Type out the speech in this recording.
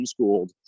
homeschooled